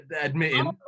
admitting